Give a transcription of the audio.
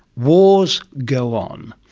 wars go on.